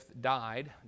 died